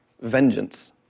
vengeance